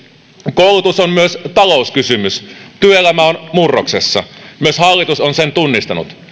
koulutus on myös talouskysymys työelämä on murroksessa myös hallitus on sen tunnistanut